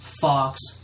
Fox